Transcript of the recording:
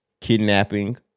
kidnapping